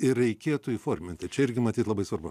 ir reikėtų įforminti čia irgi matyt labai svarbu